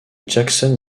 jackson